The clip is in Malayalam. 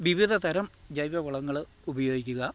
വിവിധ തരം ജൈവ വളങ്ങൾ ഉപയോഗിക്കുക